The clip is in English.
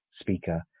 speaker